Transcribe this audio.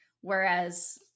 Whereas